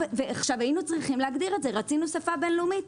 היינו צריכים להגדיר את זה רצינו שפה בין לאומי.